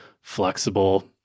flexible